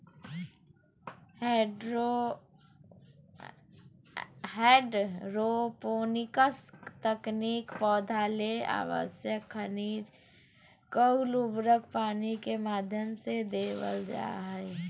hydroponics तकनीक पौधा ले आवश्यक खनिज अउर उर्वरक पानी के माध्यम से देवल जा हई